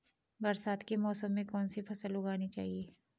बरसात के मौसम में कौन सी फसल उगानी चाहिए?